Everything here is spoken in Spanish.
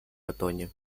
otoño